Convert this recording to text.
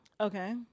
okay